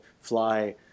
fly